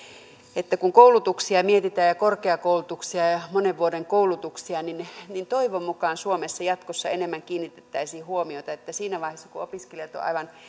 että kun koulutuksia mietitään korkeakoulutuksia ja monen vuoden koulutuksia niin niin toivon mukaan suomessa jatkossa enemmän kiinnitettäisiin huomiota että siinä vaiheessa kun opiskelijat ovat aivan